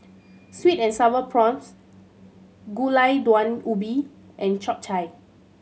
sweet and Sour Prawns Gulai Daun Ubi and Chap Chai